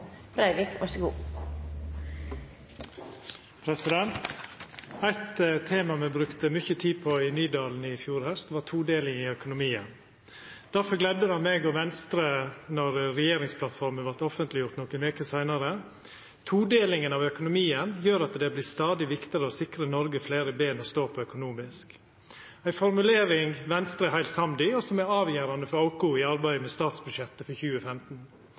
tema me brukte mykje tid på i Nydalen i fjor haust, var todelinga i økonomien. Derfor gledde det meg og Venstre då regjeringsplattforma vart gjord offentleg nokre veker seinare: «Todelingen av økonomien gjør at det blir stadig viktigere å sikre Norge flere ben å stå på økonomisk.» Det er ei formulering Venstre er heilt samd i, og som er avgjerande for oss i arbeidet med statsbudsjettet for 2015.